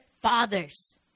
fathers